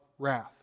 Wrath